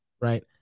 right